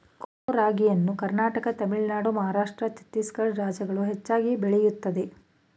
ಕೊಡೋ ರಾಗಿಯನ್ನು ಕರ್ನಾಟಕ ತಮಿಳುನಾಡು ಮಹಾರಾಷ್ಟ್ರ ಛತ್ತೀಸ್ಗಡ ರಾಜ್ಯಗಳು ಹೆಚ್ಚಾಗಿ ಬೆಳೆಯುತ್ತದೆ